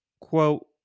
quote